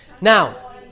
Now